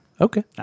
Okay